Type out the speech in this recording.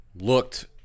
looked